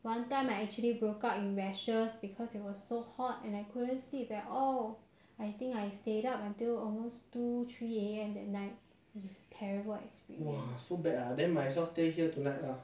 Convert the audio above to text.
I don't complain very often is only that one time it happened